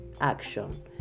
action